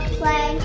play